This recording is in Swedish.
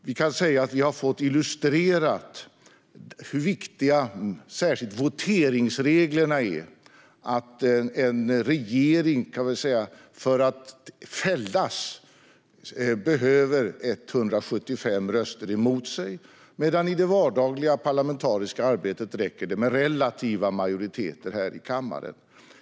Vi kan säga att vi har fått illustrerat hur viktiga särskilt voteringsreglerna är. För att fälla en regering behövs 175 röster mot regeringen, medan det i det vardagliga parlamentariska arbetet räcker med relativa majoriteter här i kammaren.